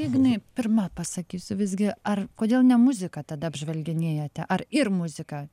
ignai pirma pasakysiu visgi ar kodėl ne muziką tada apžvelginėjate ar ir muziką